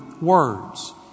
words